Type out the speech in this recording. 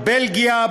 בלגיה,